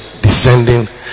descending